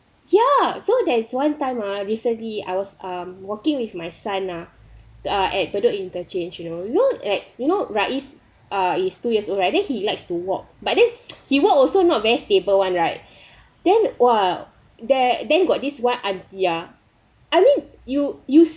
ya so there is one time ah recently I was um walking with my son ah uh at bedok interchange you know you know at you know rais ah is two years old right then he likes to walk but then he walk also not very stable [one] right then !wah! then then got this one aunty ah I mean you you see